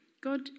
God